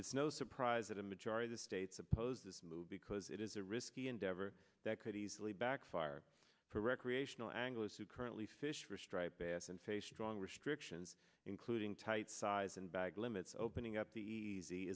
it's no surprise that a majority the states oppose this move because it is a risky endeavor that could easily backfire for recreational anglers who currently fish for striped bass and station drawing restrictions including tight size and bag limits opening up the easy